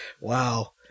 wow